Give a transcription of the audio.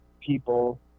people